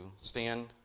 stand